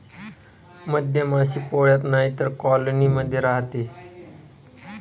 मधमाशी पोळ्यात नाहीतर कॉलोनी मध्ये राहते